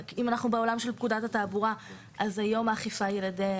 אם אנחנו בעולם של פקודת התעבורה היום האכיפה היא על ידי המשטרה,